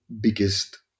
biggest